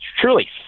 truly